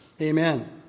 Amen